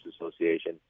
Association